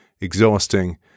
exhausting